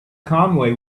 conway